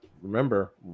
remember